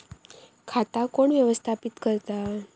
खाता कोण व्यवस्थापित करता?